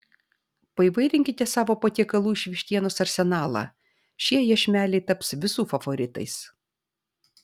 paįvairinkite savo patiekalų iš vištienos arsenalą šie iešmeliai taps visų favoritais